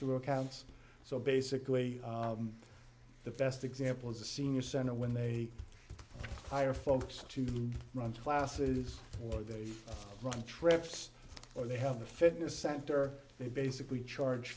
through accounts so basically the best example is the senior center when they hire folks to run classes or they run trips or they have a fitness center they basically charge